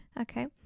Okay